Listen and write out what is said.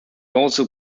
also